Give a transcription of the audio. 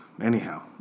anyhow